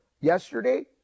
yesterday